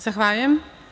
Zahvaljujem.